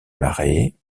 marais